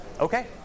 Okay